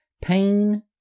Pain